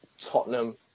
Tottenham